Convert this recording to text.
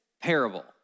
parable